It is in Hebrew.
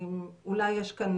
אולי יש כאן